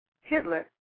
Hitler